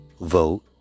vote